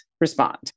respond